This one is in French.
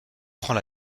prend